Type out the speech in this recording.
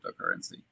cryptocurrency